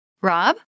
Rob